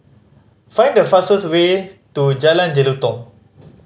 find the fastest way to Jalan Jelutong